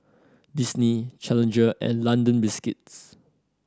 Disney Challenger and London Biscuits